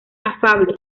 afable